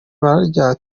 bararya